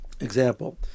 Example